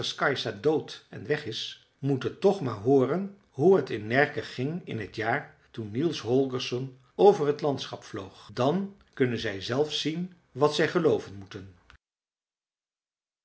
dood en weg is moeten toch maar hooren hoe het in närke ging in het jaar toen niels holgersson over het landschap vloog dan kunnen zij zelf zien wat zij gelooven moeten